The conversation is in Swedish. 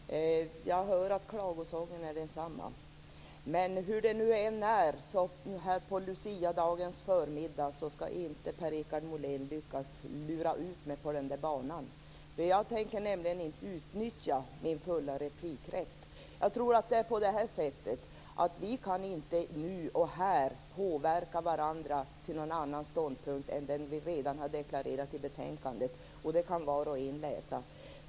Fru talman! Jag hör att klagosången är densamma. Men hur det nu än är så här på Luciadagens förmiddag ska inte Per-Richard Molén lyckas lura ut mig på den där banan. Jag tänker nämligen inte utnyttja min fulla replikrätt. Jag tror att det är på det här sättet: Vi kan inte nu och här påverka varandra till någon annan ståndpunkt än den vi redan har deklarerat i betänkandet, och det kan var och en läsa.